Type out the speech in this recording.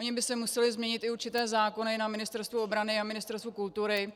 Ony by se musely změnit i určité zákony na Ministerstvu obrany a Ministerstvu kultury.